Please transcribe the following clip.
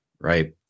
right